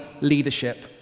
leadership